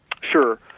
Sure